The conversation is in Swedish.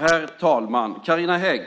Herr talman! Carina Hägg